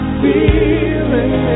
feeling